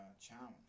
Challenge